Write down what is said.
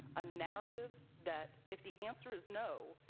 a narrative that if the answer is no,